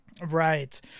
Right